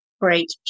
great